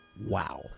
Wow